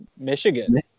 Michigan